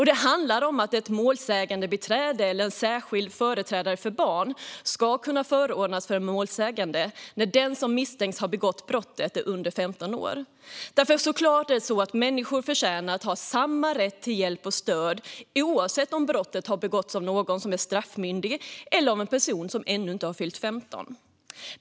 Det handlar om att ett målsägandebiträde eller en särskild företrädare för barn ska kunna förordnas för en målsägande när den som misstänks ha begått brottet är under 15 år. Människor förtjänar såklart att ha samma rätt till hjälp och stöd oavsett om brottet begås av en straffmyndig person eller av en person som ännu inte har fyllt 15.